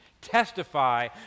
testify